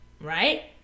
right